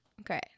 Okay